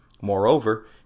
Moreover